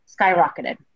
skyrocketed